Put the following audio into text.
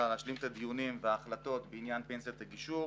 להשלים את הדיונים וההחלטות בעניין פנסיית הגישור,